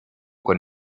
con